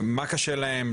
מה קשה להם,